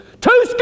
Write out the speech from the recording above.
two